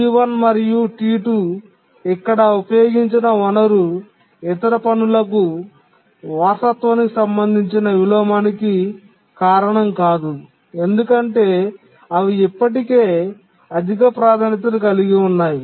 T1 మరియు T2 ఇక్కడ ఉపయోగించిన వనరు ఇతర పనులకు వారసత్వానికి సంబంధించిన విలోమానికి కారణం కాదు ఎందుకంటే అవి ఇప్పటికే అధిక ప్రాధాన్యతను కలిగి ఉన్నాయి